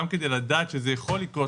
גם כדי לדעת שזה יכול לקרות,